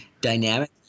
dynamic